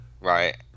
Right